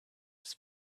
was